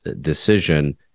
decision